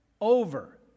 over